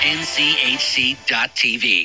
nchc.tv